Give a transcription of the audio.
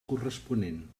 corresponent